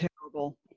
terrible